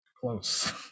Close